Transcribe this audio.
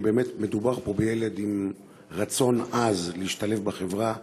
כי באמת מדובר פה בילד עם רצון עז להשתלב בחברה.